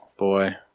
Boy